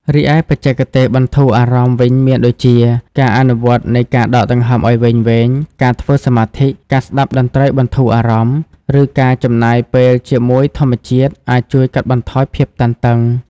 រីឯ បច្ចេកទេសបន្ធូរអារម្មណ៍វិញមានដូចជា ការអនុវត្តនៃការដកដង្ហើមឲ្យវែងៗ ការធ្វើសមាធិ ការស្តាប់តន្ត្រីបន្ធូរអារម្មណ៍ ឬការចំណាយពេលជាមួយធម្មជាតិ អាចជួយកាត់បន្ថយភាពតានតឹង។